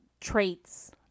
traits